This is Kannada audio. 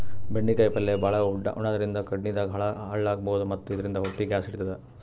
ಬೆಂಡಿಕಾಯಿ ಪಲ್ಯ ಭಾಳ್ ಉಣಾದ್ರಿನ್ದ ಕಿಡ್ನಿದಾಗ್ ಹಳ್ಳ ಆಗಬಹುದ್ ಮತ್ತ್ ಇದರಿಂದ ಹೊಟ್ಟಿ ಗ್ಯಾಸ್ ಹಿಡಿತದ್